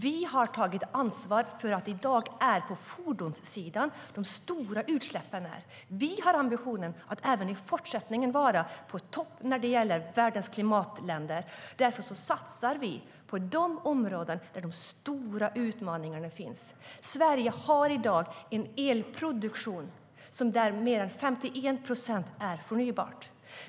Vi har tagit ansvar för att det i dag är på fordonssidan de stora utsläppen sker. Vi har ambitionen att även i fortsättningen vara i topp bland världens klimatländer. Därför satsar vi på de områden där de stora utmaningarna finns. Sverige har i dag en elproduktion där mer än 51 procent är förnybart.